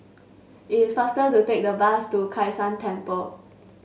it is faster to take the bus to Kai San Temple